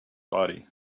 body